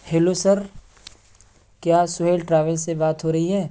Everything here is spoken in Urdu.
ہیلو سر کیا سہیل ٹریول سے بات ہو رہی ہے